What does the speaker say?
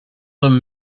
them